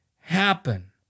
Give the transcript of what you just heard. happen